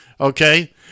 Okay